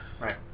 Right